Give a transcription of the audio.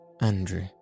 Andrew